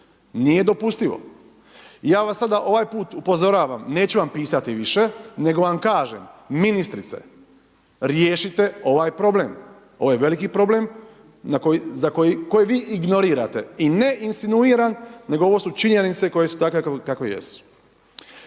nije dopustivo. Ja vas sada ovaj put upozoravam, neću vam pisati više, nego vam kažem ministrice, riješite ovaj problem. Ovo je veliki problem koji vi ignorirate i ne insinuiran, nego ovo su činjenice koje su takve kakve